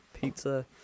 pizza